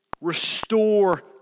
restore